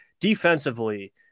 defensively